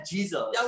Jesus